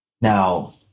Now